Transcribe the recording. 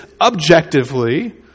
objectively